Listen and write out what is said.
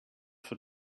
for